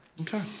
Okay